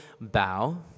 bow